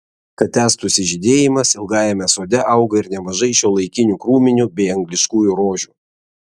kad tęstųsi žydėjimas ilgajame sode auga ir nemažai šiuolaikinių krūminių bei angliškųjų rožių